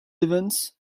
events